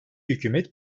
hükümet